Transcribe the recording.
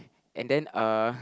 and then uh